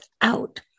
out